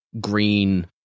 green